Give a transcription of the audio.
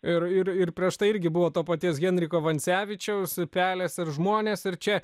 ir ir ir prieš tai irgi buvo to paties henriko vancevičiaus pelės ir žmonės ir čia